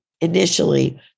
initially